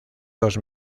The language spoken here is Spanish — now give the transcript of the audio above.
dos